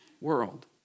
world